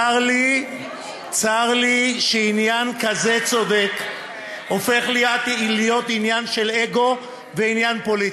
צר לי שעניין כזה צודק הופך להיות עניין של אגו ועניין פוליטי.